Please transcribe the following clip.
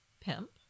pimp